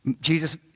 Jesus